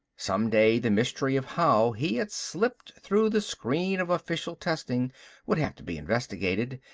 some day the mystery of how he had slipped through the screen of official testing would have to be investigated.